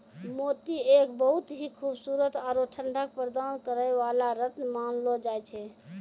मोती एक बहुत हीं खूबसूरत आरो ठंडक प्रदान करै वाला रत्न मानलो जाय छै